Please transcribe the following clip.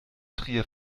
trier